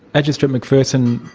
magistrate mcpherson,